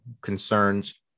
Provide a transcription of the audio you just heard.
concerns